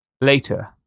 Later